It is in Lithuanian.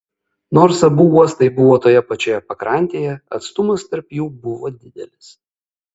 nors abu uostai buvo toje pačioje pakrantėje atstumas tarp jų buvo didelis